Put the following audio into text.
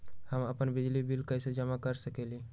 हम अपन बिजली बिल कैसे जमा कर सकेली?